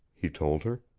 he told her,